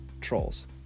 trolls